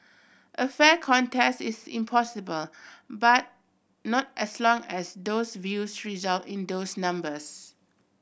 a fair contest is impossible but not as long as those views result in those numbers